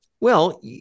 Well-